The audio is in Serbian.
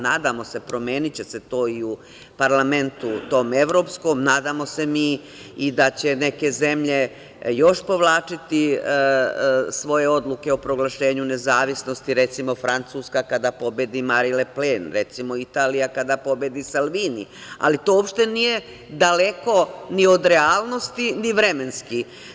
Nadamo se promeniće se to i u parlamentu tom evropskom, nadamo se mi i da će neke zemlje još povlačiti svoje odluke o proglašenju nezavisnosti, recimo, Francuska kada pobedi Mari Le Pen, Italija kada pobedi Salvini, ali to uopšte nije daleko ni od realnosti, ni vremenski.